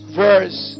verse